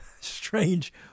strange